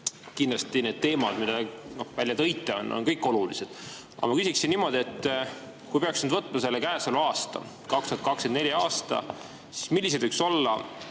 Kindlasti need teemad, mis te välja tõite, on kõik olulised. Aga ma küsiksin niimoodi. Kui peaks nüüd võtma käesoleva aasta, 2024. aasta, siis millised võiksid olla